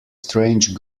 strange